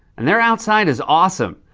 and their outside is awesome.